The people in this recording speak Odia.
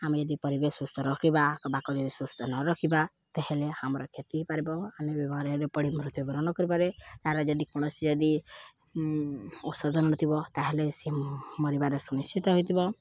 ଆମେ ଯଦି ପରିବେଶ ସୁସ୍ଥ ରଖିବା ସୁସ୍ଥ ନ ରଖିବା ତାହେଲେ ଆମର କ୍ଷତି ହେଇ ପାରିବ ଆମେ ବି ପଡ଼ି ମୃତ୍ୟ ବରଣ କରିପାରେ ତା'ର ଯଦି କୌଣସି ଯଦି ଔଷଧ ନଥିବ ତାହେଲେ ସେ ମରିବାରେ ସୁନିଶ୍ଚିତ ହେଇଥିବ